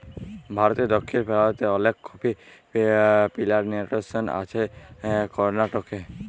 ভারতে দক্ষিণ পেরান্তে অলেক কফি পিলানটেসন আছে করনাটকে